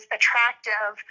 attractive